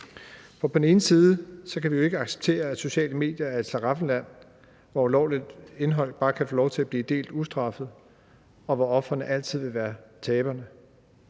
på den ene side kan vi ikke acceptere, at sociale medier er et slaraffenland, hvor ulovligt indhold bare kan få lov til at blive delt ustraffet, og hvor ofrene altid vil være taberne,